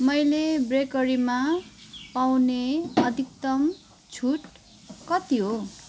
मैले बेकरीमा पाउने अधिकतम छुट कति हो